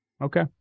Okay